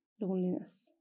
loneliness